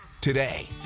today